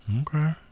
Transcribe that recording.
Okay